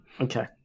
Okay